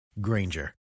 Granger